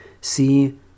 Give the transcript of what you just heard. See